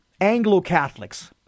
Anglo-Catholics